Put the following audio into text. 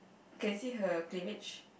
you can see her cleavage